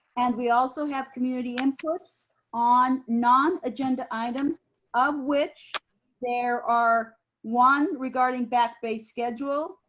and we also have community input on non agenda items of which there are one, regarding back based schedule,